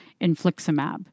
infliximab